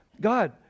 God